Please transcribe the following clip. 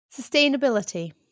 Sustainability